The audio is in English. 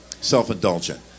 self-indulgent